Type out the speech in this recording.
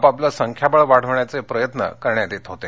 आपापले संख्याबळ वाढवण्याचे प्रयत्न करण्यात येत होते